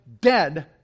dead